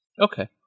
Okay